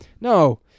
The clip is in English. No